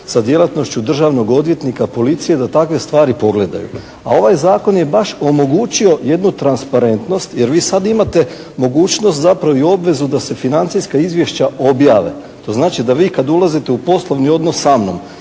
sa djelatnošću državnog odvjetnika, policije da takve stvari pogledaju. A ovaj zakon je baš omogućio jednu transparentnost, jer vi sada imate mogućnost zapravo i obvezi da se financijska izvješća objave. To znači da vi kad ulazite u poslovni odnos sa mnom